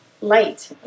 light